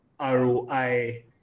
ROI